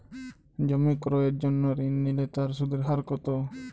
জমি ক্রয়ের জন্য ঋণ নিলে তার সুদের হার কতো?